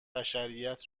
بشریت